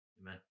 amen